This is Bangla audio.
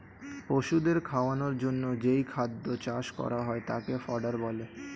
পশুদের খাওয়ানোর জন্যে যেই খাদ্য চাষ করা হয় তাকে ফডার বলে